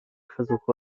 versuche